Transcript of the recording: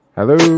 Hello